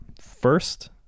first